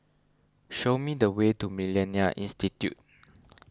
show me the way to Millennia Institute